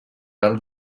alt